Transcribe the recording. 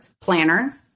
planner